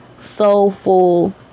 soulful